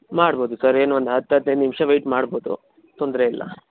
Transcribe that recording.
ಮಾಡ್ಬೋದು ಸರ್ ಏನು ಒಂದು ಹತ್ತು ಹದ್ನೈದು ನಿಮಿಷ ವೆಯ್ಟ್ ಮಾಡ್ಬೋದು ತೊಂದರೆ ಇಲ್ಲ